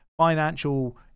financial